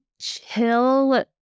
chill